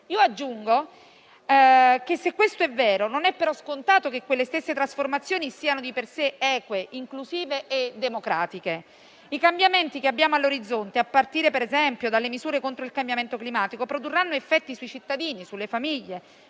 Io aggiungo che, se questo è vero, non è però scontato che quelle stesse trasformazioni siano di per sé eque, inclusive e democratiche. I cambiamenti che abbiamo all'orizzonte, a partire - per esempio - dalle misure contro il cambiamento climatico, produrranno effetti sui cittadini e sulle famiglie;